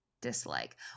Dislike